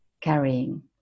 carrying